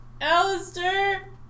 Alistair